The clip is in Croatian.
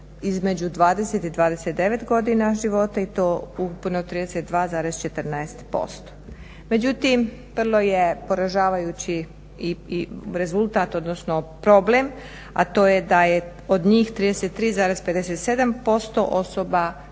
između 20 i 29 godina života i to … 32,14%. Međutim, vrlo je poražavajući i rezultat odnosno problem, a to je da je od njih 33,57% osoba